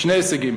שני הישגים,